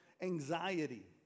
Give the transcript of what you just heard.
anxiety